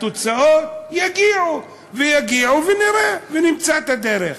התוצאות יגיעו ונראה, ונמצא את הדרך.